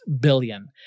billion